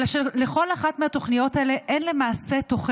אלא שלכל אחת מהתוכניות האלה אין תוחלת,